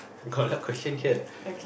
got lot question here